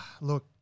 look